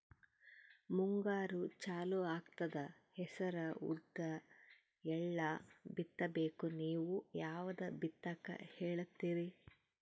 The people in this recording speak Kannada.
ಮುಂಗಾರು ಚಾಲು ಆಗ್ತದ ಹೆಸರ, ಉದ್ದ, ಎಳ್ಳ ಬಿತ್ತ ಬೇಕು ನೀವು ಯಾವದ ಬಿತ್ತಕ್ ಹೇಳತ್ತೀರಿ?